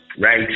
right